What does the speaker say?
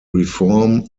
reform